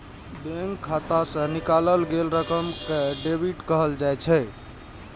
bank खाता सं निकालल गेल रकम कें डेबिट कहल जाइ छै